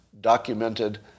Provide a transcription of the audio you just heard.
documented